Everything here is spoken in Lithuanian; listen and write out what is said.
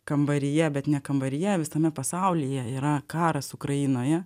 kambaryje bet ne kambaryje visame pasaulyje yra karas ukrainoje